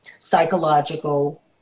psychological